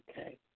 Okay